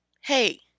Hey